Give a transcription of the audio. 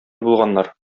булганнар